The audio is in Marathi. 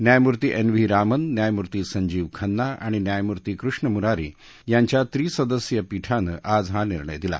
न्यायमूर्ती एन व्ही रामन न्यायमूर्ती संजिव खन्ना आणि न्यायमूर्ती कृष्ण मुरारी यांच्या त्रिसदस्यीय पीठानं आज हा निर्णय दिला